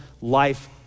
life